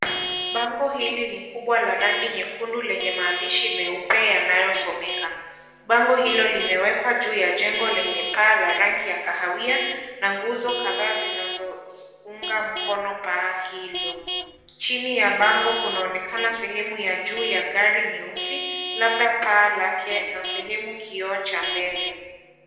Bango hili ni kubwa la rangi nyekundu lenye maandishi meupe yanayosomeka, bango hilo limewekwa juu ya jengo lenye paa la rangi ya kahawia, na nguzo kadhaa zinazounga mkono paa hilo, chini ya bango kunaonekana sehemu ya juu ya gari nyeusi labda paa lake na sehemu kioo cha mbele.